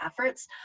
efforts